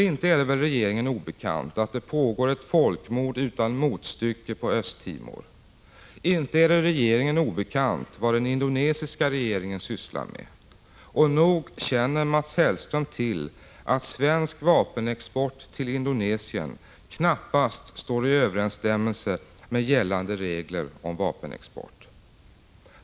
Inte är det väl regeringen obekant att det pågår ett folkmord utan motstycke på Östtimor? Inte är det regeringen obekant vad den indonesiska regeringen sysslar med? Och nog känner Mats Hellström till att svensk vapenexport till Indonesien knappast står i överensstämmelse med gällande regler om vapenexport?